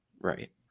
Right